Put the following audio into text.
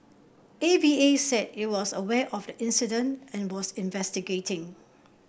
A V A said it was aware of the incident and was investigating